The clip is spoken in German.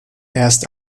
erst